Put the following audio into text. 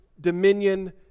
dominion